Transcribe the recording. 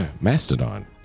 Mastodon